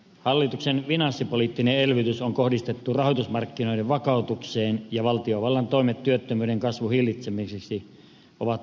hallituksen finanssipoliittinen elvytys on kohdistettu rahoitusmarkkinoiden vakautukseen ja valtiovallan toimet työttömyyden kasvun hillitsemiseksi ovat olleet vaatimattomat